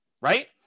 right